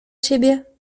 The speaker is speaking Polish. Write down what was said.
ciebie